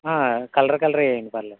colour కలర్వి వేయ్యండి పర్లేదు